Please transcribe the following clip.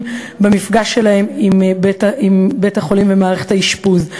במפגש שלהם עם בית-החולים ומערכת האשפוז.